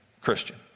Christian